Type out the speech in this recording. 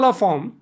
form